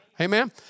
Amen